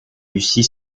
lucie